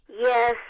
Yes